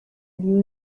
lieu